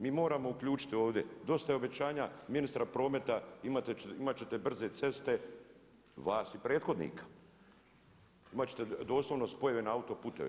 Mi moramo uključiti ovdje, dosta je obećanja ministra prometa, imat ćete brze ceste vas i prethodnika, imat ćete doslovno spojene autoputeve.